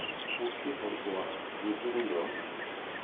ᱯᱩᱬᱥᱤ ᱦᱚᱲ ᱠᱚᱣᱟᱜ ᱧᱩᱛᱩᱢ ᱫᱚ